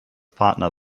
partner